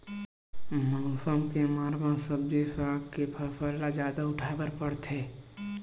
मउसम के मार म सब्जी साग के फसल ल जादा उठाए बर परथे